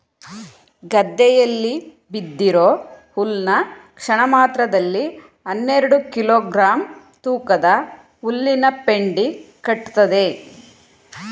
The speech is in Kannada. ಗದ್ದೆಯಲ್ಲಿ ಬಿದ್ದಿರೋ ಹುಲ್ನ ಕ್ಷಣಮಾತ್ರದಲ್ಲಿ ಹನ್ನೆರೆಡು ಕಿಲೋ ಗ್ರಾಂ ತೂಕದ ಹುಲ್ಲಿನಪೆಂಡಿ ಕಟ್ತದೆ